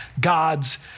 God's